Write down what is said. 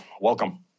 welcome